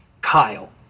Kyle